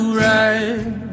right